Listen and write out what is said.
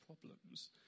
problems